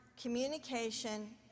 communication